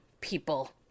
people